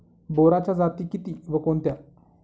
बोराच्या जाती किती व कोणत्या?